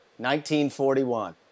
1941